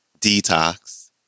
Detox